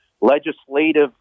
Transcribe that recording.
legislative